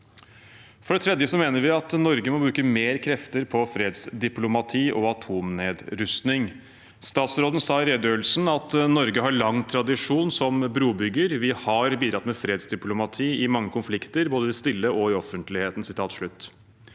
For det tredje mener vi at Norge må bruke mer krefter på fredsdiplomati og atomnedrustning. Utenriksministeren sa i redegjørelsen at «Norge har lang tradisjon som brobygger. Vi har bidratt med fredsdiplomati i mange konflikter både i det stille og i offentligheten.»